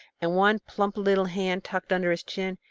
and one plump little hand tucked under his chin,